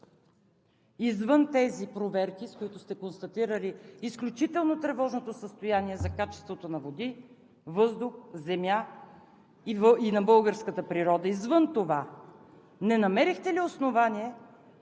извън тези проверки, с които сте констатирали изключително тревожното състояние за качеството на води, въздух, земя и на българската природа, извън това не намерихте ли основание,